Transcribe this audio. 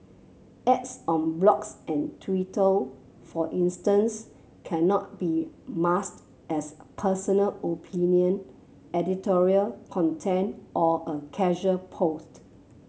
ads on blogs and Twitter for instance cannot be masked as personal opinion editorial content or a casual post